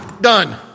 done